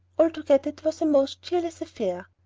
altogether it was a most cheerless affair.